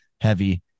heavy